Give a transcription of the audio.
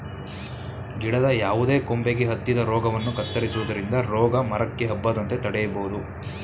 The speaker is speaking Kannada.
ಗಿಡದ ಯಾವುದೇ ಕೊಂಬೆಗೆ ಹತ್ತಿದ ರೋಗವನ್ನು ಕತ್ತರಿಸುವುದರಿಂದ ರೋಗ ಮರಕ್ಕೆ ಹಬ್ಬದಂತೆ ತಡೆಯಬೋದು